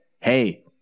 hey